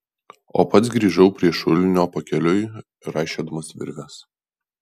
o pats grįžau prie šulinio pakeliui raišiodamas virves